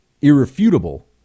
irrefutable